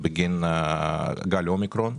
בגין גל האומיקרון,